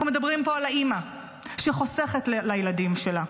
אנחנו מדברים פה על האימא שחוסכת לילדים שלה,